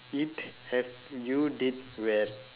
it have you did well